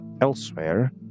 elsewhere